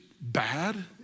bad